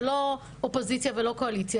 זה לא אופוזיציה ולא קואליציה,